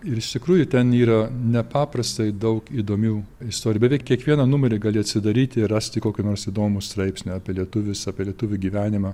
ir iš tikrųjų ten yra nepaprastai daug įdomių istorij beveik kiekvieną numerį gali atsidaryti ir rasti kokį nors įdomų straipsnį apie lietuvius apie lietuvių gyvenimą